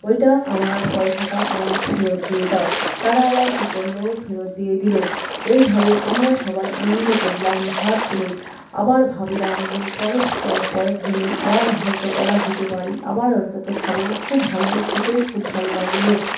ওইটা আমার পয়সাটা আমার ফেরত দিয়ে দাও তারা আবার কি করলো ফেরত দিয়ে দিলো এইভাবে আমরা সবাই আনন্দ করলাম সাত প্লেট আবার ভাবলাম যে পরস্পর পরের দিনই আবার হয়তো অর্ডার দিতে পারি আবার অন্তত খাবো খুব ভালো খেতে খুব ভালো লাগলো